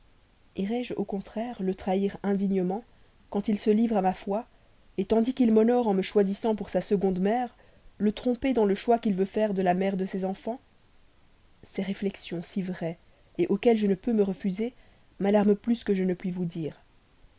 irai-je au contraire le trahir indignement quand il se livre à ma foi et tandis qu'il m'honore en me choisissant pour sa seconde mère le tromper dans le choix qu'il veut faire de la mère de ses enfants ces réflexions si vraies auxquelles je ne peux me refuser m'alarment plus que je ne puis vous dire